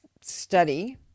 study